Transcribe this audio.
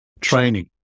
Training